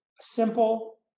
simple